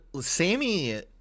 Sammy